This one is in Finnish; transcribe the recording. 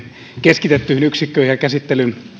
keskitettyihin yksikköihin ja